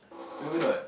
remember not